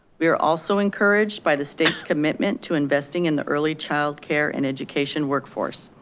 we are also encouraged by the state's commitment to investing in the early child care and education workforce.